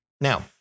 Now